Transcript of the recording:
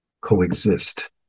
coexist